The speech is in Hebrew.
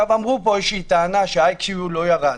אמרו פה טענה שה-IQ לא ירד.